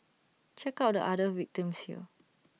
check out the other victims here